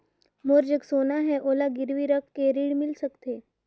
मोर जग सोना है ओला गिरवी रख के ऋण मिल सकथे?